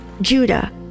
Judah